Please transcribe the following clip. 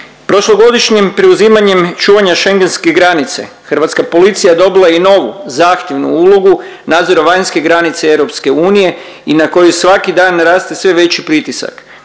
Prošlogodišnjim preuzimanjem čuvanja šengenske granice hrvatska policija je dobila i novu zahtjevnu ulogu nadzora vanjske granice EU i na koju svaki dan raste sve veći pritisak